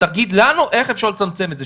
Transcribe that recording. תגיד לנו איך אפשר לצמצם את זה,